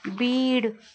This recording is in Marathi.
बीड